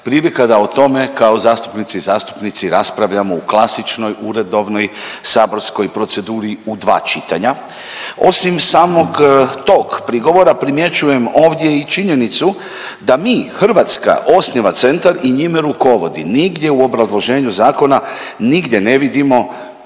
prilika da o tome kao zastupnice i zastupnici raspravljamo i klasičnoj uredovnoj saborskoj proceduri u dva čitanja? Osim samog tog prigovora primjećujem ovdje i činjenicu da mi Hrvatska osniva centar i njime rukovodi, nigdje u obrazloženju zakona nigdje ne vidimo na